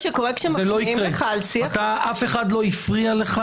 קרעי, אף אחד לא הפריע לך